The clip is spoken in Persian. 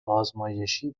آزمایشی